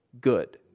good